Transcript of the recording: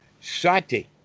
Sati